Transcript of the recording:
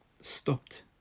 stopped